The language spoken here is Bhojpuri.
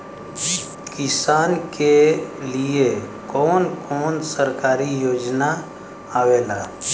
किसान के लिए कवन कवन सरकारी योजना आवेला?